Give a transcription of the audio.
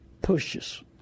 pushes